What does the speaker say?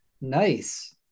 Nice